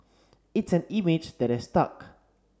it's an image that has stuck